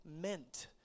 meant